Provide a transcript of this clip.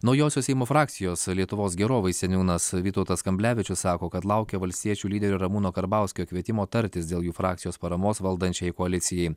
naujosios seimo frakcijos lietuvos gerovei seniūnas vytautas kamblevičius sako kad laukia valstiečių lyderio ramūno karbauskio kvietimo tartis dėl jų frakcijos paramos valdančiajai koalicijai